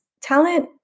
talent